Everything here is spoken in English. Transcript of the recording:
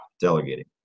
delegating